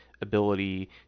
ability